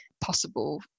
possible